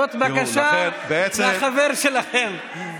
זאת בקשה מהחבר שלכם.